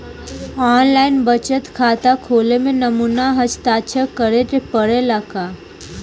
आन line बचत खाता खोले में नमूना हस्ताक्षर करेके पड़ेला का?